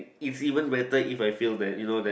it's even better if I feel that you know that